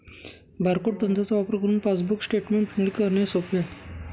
barcode तंत्राचा वापर करुन पासबुक स्टेटमेंट प्रिंटिंग करणे सोप आहे